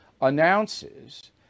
announces